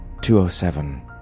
207